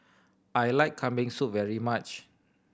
I like Kambing Soup very much